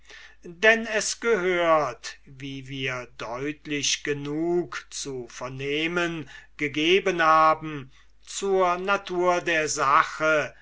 denn es gehört wie wir deutlich genug zu vernehmen gegeben haben zur natur der sache